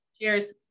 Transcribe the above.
Cheers